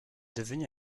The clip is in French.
devenu